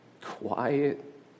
quiet